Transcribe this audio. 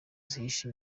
zihishe